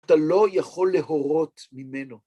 אתה לא יכול להורות ממנו.